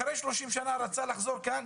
אחרי 30 שנה רצה לחזור לכאן.